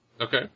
Okay